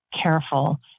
careful